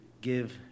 give